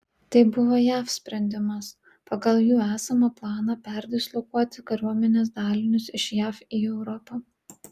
tai buvo jav sprendimas pagal jų esamą planą perdislokuoti kariuomenės dalinius iš jav į europą